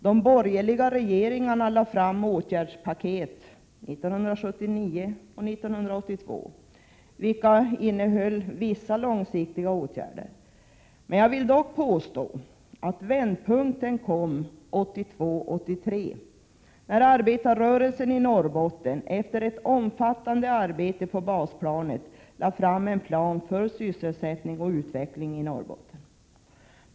De borgerliga regeringarna lade fram åtgärdspaket 1979 och 1982, vilka innehöll vissa långsiktiga åtgärder. Jag vill dock påstå att vändpunkten kom åren 1982-1983 då arbetarrörelsen i Norrbotten efter ett omfattande arbete på basplanet lade fram en plan för sysselsättning och utveckling i Norrbotten.